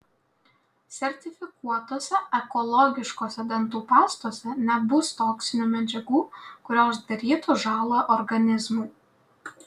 sertifikuotose ekologiškose dantų pastose nebus toksinių medžiagų kurios darytų žąlą organizmui